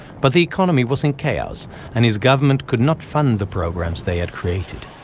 but the economy was in chaos and his government could not fund the programs they had created.